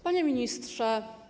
Panie Ministrze!